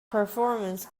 performance